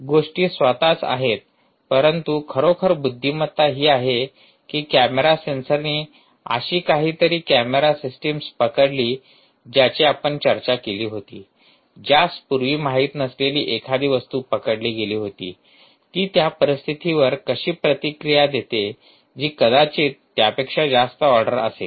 गोष्टी स्वतःच आहेत परंतु खरोखर बुद्धिमत्ता ही आहे की कॅमेरा सेन्सरने अशी काहीतरी कॅमेरा सिस्टम पकडली ज्याची आपण चर्चा केली होती ज्यास पूर्वी माहित नसलेली एखादी वस्तू पकडली गेली होती ती त्या परिस्थितीवर कशी प्रतिक्रिया देते जी कदाचित त्यापेक्षा जास्त ऑर्डर असेल